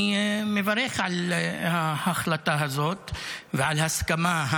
אני מברך על ההחלטה הזאת ועל ההסכמה,